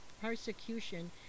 persecution